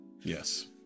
Yes